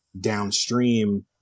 downstream